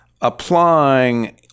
applying